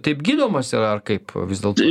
taip gydomas yra ar kaip vis dėlto